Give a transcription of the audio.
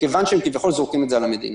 מכיוון שהם כביכול זורקים את זה על המדינה.